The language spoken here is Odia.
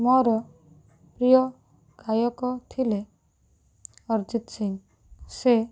ମୋର ପ୍ରିୟ ଗାୟକ ଥିଲେ ଅରଜିତ୍ ସିଂ ସେ